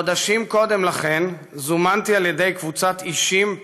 חודשים קודם לכן זומנתי על ידי קבוצת אישים,